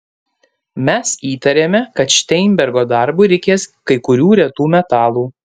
mes įtarėme kad šteinbergo darbui reikės kai kurių retų metalų